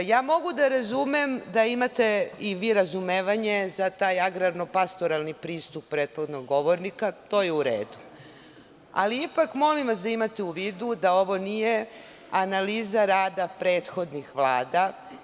Ja mogu da razumem da imate i vi razumevanje za taj agrarno-pastoralni pristup prethodnog govornika, to je u redu, Ali, ipak molim vas da imate u vidu da ovo nije analiza rada prethodnih vlada.